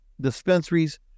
dispensaries